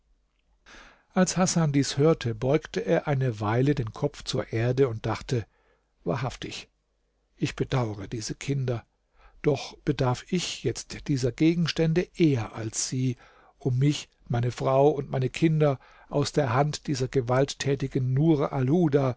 als hasan dies hörte beugte er eine weile den kopf zur erde und dachte wahrhaftig ich bedauere diese kinder doch bedarf ich jetzt dieser gegenstände eher als sie um mich meine frau und meine kinder aus der hand dieser gewalttätigen nur alhuda